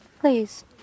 Please